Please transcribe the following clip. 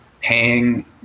Paying